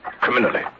criminally